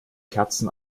kerzen